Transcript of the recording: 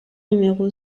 numéro